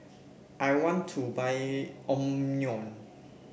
I want to buy Omron